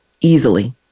easily